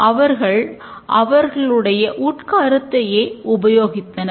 அவர்கள் அவர்களுடைய உட்கருத்தையே உபயோகித்தனர்